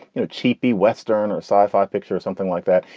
you know, cheapy western or sci fi picture or something like that.